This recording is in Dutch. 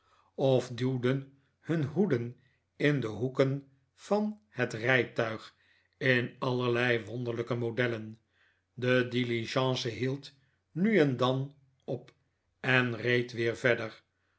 of duwden nun hoeden in de hoeken van het rijtuig in allerlei wonderlijke modellen de diligence hield nu en dan op en reed weer verder